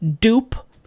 dupe